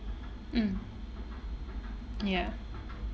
mm ya